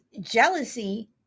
jealousy